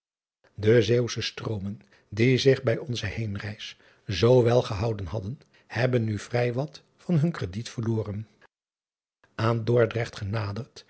e eeuwsche stroomen die zich bij onze heenreis zoo wel gehouden hadden hebben nu vrij wat van hun krediet verloren an ordrecht genaderd